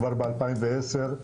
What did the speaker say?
כבר ב-2010,